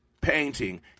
painting